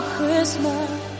Christmas